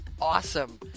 awesome